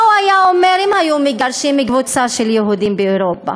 מה הוא היה אומר אם היו מגרשים קבוצה של יהודים באירופה?